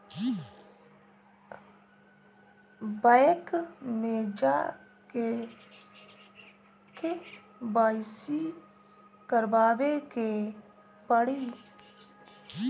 Bank मे जा के के.वाइ.सी करबाबे के पड़ी?